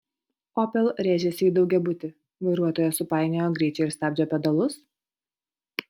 opel rėžėsi į daugiabutį vairuotoja supainiojo greičio ir stabdžio pedalus